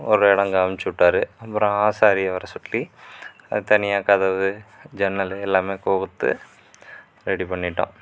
ஒரு இடம் காமிச்சிவிட்டார் அப்புறம் ஆசாரியை வர சொல்லி அது தனியாக கதவு ஜன்னல் எல்லாமே கோத்து ரெடி பண்ணிட்டோம்